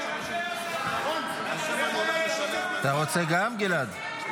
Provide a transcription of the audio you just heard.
--- אתה רוצה גם, גלעד?